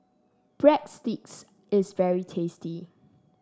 Breadsticks is very tasty